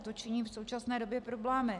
To činí v současné době problémy.